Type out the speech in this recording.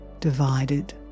divided